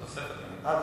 יש תוספת, אדוני.